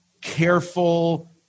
careful